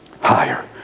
higher